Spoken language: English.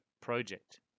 project